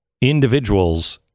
individuals